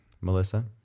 Melissa